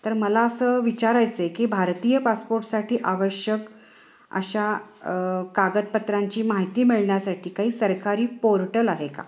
तर मला असं विचारायचं आहे की भारतीय पासपोर्टसाठी आवश्यक अशा कागदपत्रांची माहिती मिळण्यासाठी काही सरकारी पोर्टल आहे का